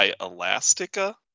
Elastica